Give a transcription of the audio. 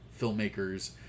filmmakers